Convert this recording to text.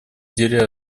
деле